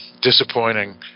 disappointing